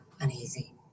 Uneasy